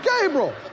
Gabriel